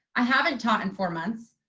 i haven't taught in four months.